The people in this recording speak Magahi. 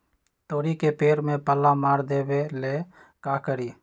तोड़ी के पेड़ में पल्ला मार देबे ले का करी?